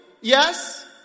yes